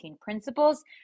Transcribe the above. principles